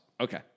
Okay